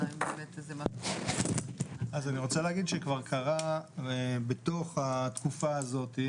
אני רוצה להגיד שכבר קרה בתוך התקופה הזאת,